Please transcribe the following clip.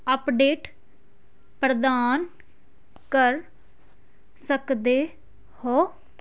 update ਪ੍ਰਦਾਨ ਕਰ ਸਕਦੇ ਹੋ